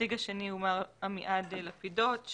הנציג השני הוא מר עמיעד לפידות,